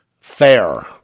fair